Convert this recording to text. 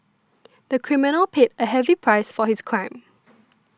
the criminal paid a heavy price for his crime